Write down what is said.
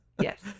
Yes